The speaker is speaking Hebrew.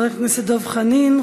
חבר הכנסת דב חנין,